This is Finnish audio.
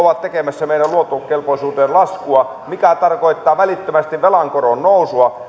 ovat tekemässä meidän luottokelpoisuuteemme laskua mikä tarkoittaa välittömästi velan koron nousua